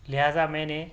لہذٰا میں نے